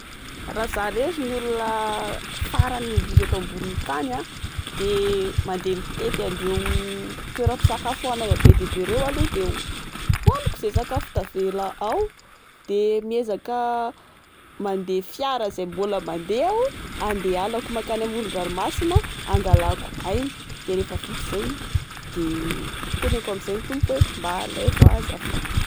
Raha za irery no olona farany indrindra eto ambon'ny tany a, dia mandeha mitety an'ireo toeram-pisakafoanana bedebe ireo aloha, de hoaniko ze sakafo tavela ao. De miezaka mandeha fiara izay mbola mandeha aho andehanako mandeha makany amoron-dranomasina hangalako aina. De rehefa vita izay, de teneniko amin'izay no tompo hoe mba alaivo za azafady.